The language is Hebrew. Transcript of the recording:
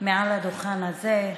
מעל הדוכן הזה.